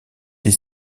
des